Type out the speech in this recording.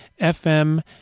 FM